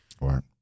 Right